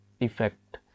effect